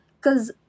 Cause